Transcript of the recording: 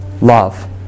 love